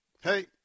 hey